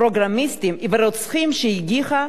פוגרומיסטים ורוצחים, שהגיחה,